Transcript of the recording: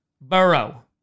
Burrow